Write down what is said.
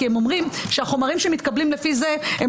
כי הם אומרים שהחומרים שמתקבלים לפי זה הם